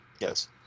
Yes